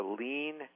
lean